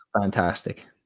Fantastic